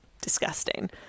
disgusting